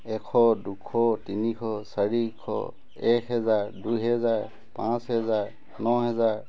এখ দুশ তিনিশ চাৰিশ এক হেজাৰ দুই হেজাৰ পাঁচ হেজাৰ ন হেজাৰ